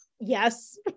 Yes